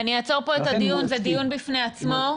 אני אעצור פה את הדיון, זה דיון בפני עצמו.